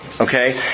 Okay